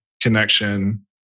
connection